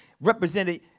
represented